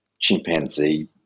chimpanzee